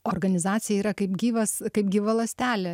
organizacija yra kaip gyvas kaip gyva ląstelė